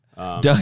Doug